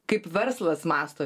kaip verslas mąsto